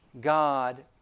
God